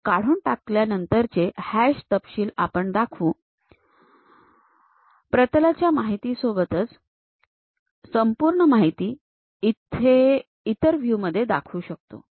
तर काढून टाकल्यानंतरचे हॅश तपशील आपण दाखवू प्रतलाच्या माहितीसोबतच संपूर्ण माहिती इतर व्ह्यू मध्ये दाखवू शकतो